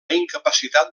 incapacitat